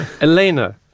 Elena